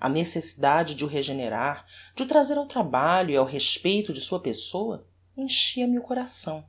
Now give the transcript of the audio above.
a necessidade de o regenerar de o trazer ao trabalho e ao respeito de sua pessôa enchia-me o coração